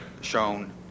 shown